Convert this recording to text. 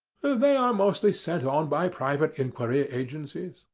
they are mostly sent on by private inquiry agencies.